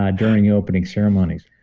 um during the opening ceremonies.